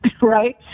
right